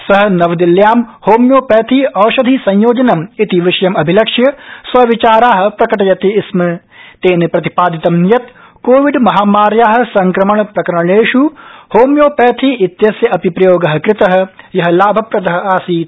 स नवदिल्ल्यां होम्योपैथी औषधि संयोजनम् ि विषयम् अभिलक्ष्य स्वविचारा प्रकटयति स्मा तेन प्रतिपादितं यत् कोविड महामार्या संक्रमण प्रकरणेष् होम्योपैथी त्विस्य अपि प्रयोग कृत य लाभप्रद आसीत्